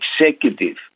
executive